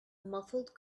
muffled